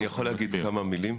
אני יכול להגיד כמה מילים?